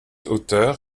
auteur